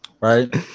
right